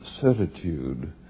certitude